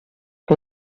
que